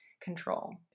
control